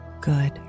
good